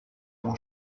mon